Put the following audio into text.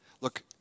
Look